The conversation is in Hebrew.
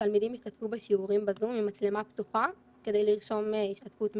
שתלמידים ישתתפו בשיעורים בזום עם מצלמה פתוחה כדי לרשום השתתפות מלאה.